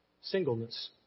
singleness